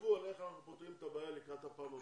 תחשבו איך אנחנו פותרים את הבעיה לקראת הפעם הבאה.